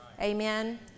Amen